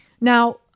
Now